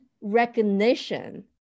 recognition